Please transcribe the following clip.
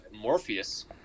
Morpheus